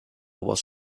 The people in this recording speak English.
was